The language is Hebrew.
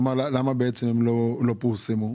למה לא פורסמו?